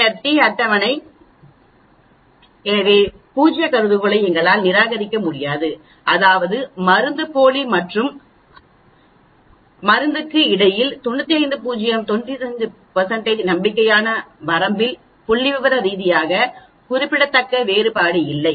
பின்னர் டி அட்டவணை எனவே பூஜ்ய கருதுகோளை எங்களால் நிராகரிக்க முடியாது அதாவது மருந்துப்போலி மற்றும் மருந்துக்கு இடையில் 95 நம்பிக்கையான வரம்பில் புள்ளிவிவர ரீதியாக குறிப்பிடத்தக்க வேறுபாடு இல்லை